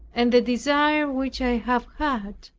and the desire which i have had,